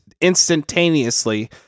instantaneously